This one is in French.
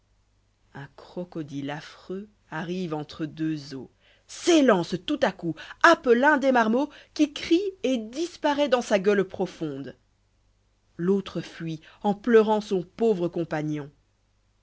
un croi oclile affreux ai rive entre deux eaux yiiin c tout à coup happe l'un des marmots qui cric et disparaît dans sa gueule profonde l'autre fuit cn pleurant sou pauvre compagnon